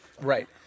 Right